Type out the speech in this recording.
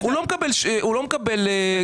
הוא לא מקבל קצבה חודשית.